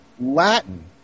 Latin